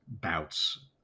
bouts